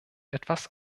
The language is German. etwas